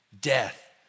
death